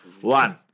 One